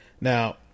Now